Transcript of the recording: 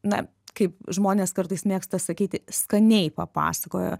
na kaip žmonės kartais mėgsta sakyti skaniai papasakojo